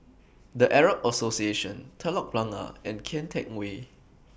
The Arab Association Telok Blangah and Kian Teck Way